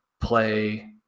play